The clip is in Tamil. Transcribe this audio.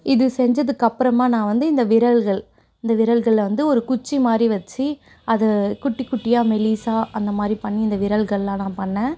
இது செஞ்சதுக்கு அப்புறமா நான் வந்து இந்த விரல்கள் இந்த விரல்களில் வந்து ஒரு குச்சி மாதிரி வச்சு அதை குட்டிக்குட்டியாக மெல்லிசா அந்தமாதிரி பண்ணி இந்த விரல்களெலாம் நான் பண்ணினேன்